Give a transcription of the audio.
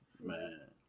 man